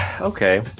Okay